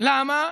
למה?